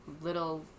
little